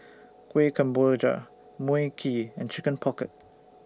Kuih Kemboja Mui Kee and Chicken Pocket